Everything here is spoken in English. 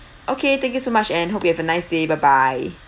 okay thank you so much and hope you have a nice day bye bye